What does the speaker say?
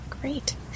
Great